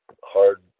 hard